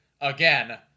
again